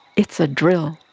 it's a drill.